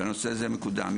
והנושא הזה מקודם.